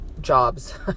jobs